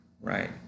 right